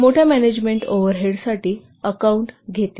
मोठ्या management overhead साठी account घेते